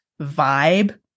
vibe